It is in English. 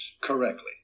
Correctly